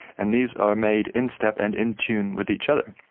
and these are made in step and in tune with each other.